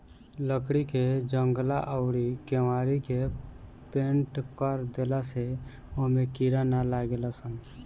लकड़ी के जंगला अउरी केवाड़ी के पेंनट कर देला से ओमे कीड़ा ना लागेलसन